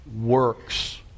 works